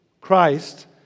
Christ